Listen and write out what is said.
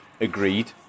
agreed